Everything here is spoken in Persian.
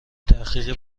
تحقیقی